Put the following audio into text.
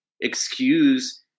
excuse